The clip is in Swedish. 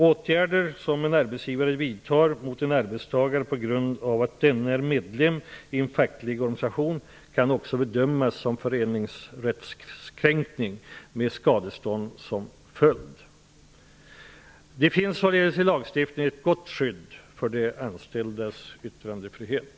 Åtgärder som en arbetsgivare vidtar mot en arbetstagare på grund av att denne är medlem i en facklig organisation kan också bedömas som föreningsrättskränkning med skadestånd som följd. Det finns således i lagstiftningen ett gott skydd för de anställdas yttrandefrihet.